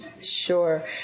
sure